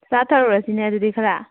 ꯆꯥꯊꯔꯨꯔꯁꯤꯅꯦ ꯑꯗꯨꯗꯤ ꯈꯔ